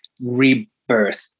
rebirth